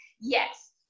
Yes